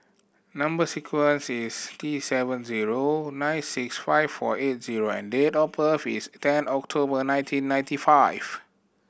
number sequence is T seven zero nine six five four eight zero and date of birth is ten October nineteen ninety five